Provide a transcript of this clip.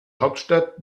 hauptstadt